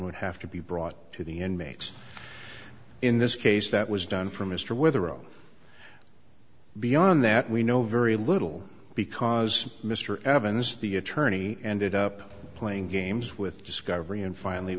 would have to be brought to the inmates in this case that was done from mr whether oh beyond that we know very little because mr evans the attorney ended up playing games with discovery and finally